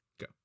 Go